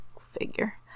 figure